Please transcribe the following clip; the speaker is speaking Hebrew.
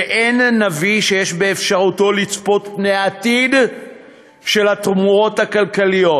אין נביא שיש באפשרותו לצפות פני העתיד של התמורות הכלכליות.